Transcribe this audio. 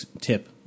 tip